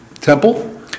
temple